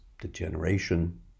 degeneration